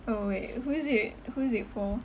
orh wait who is it who is it for